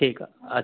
ठीकु आहे अच्छा